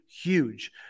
huge